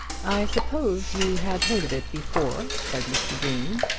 i suppose you had heard of it before, said mr. green.